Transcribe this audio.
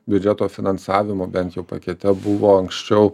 biudžeto finansavimo bent jau pakete buvo anksčiau